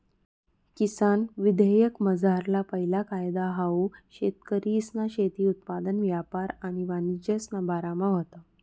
किसान विधेयकमझारला पैला कायदा हाऊ शेतकरीसना शेती उत्पादन यापार आणि वाणिज्यना बारामा व्हता